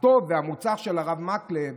הטוב המוצע של הרב מקלב